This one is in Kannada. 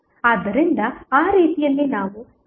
ಆದ್ದರಿಂದ ಆ ರೀತಿಯಲ್ಲಿ ನಾವು ಏನು ಹೇಳಬಹುದು